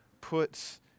puts